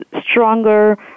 stronger